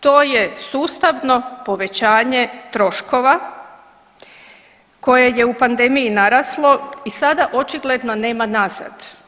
To je sustavno povećanje troškova koje je u pandemiji naraslo i sada očigledno nema nazad.